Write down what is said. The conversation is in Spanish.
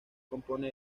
compone